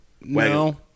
no